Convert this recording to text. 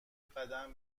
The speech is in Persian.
قدم